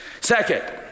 Second